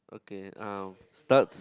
okay uh starts